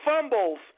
fumbles